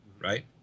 right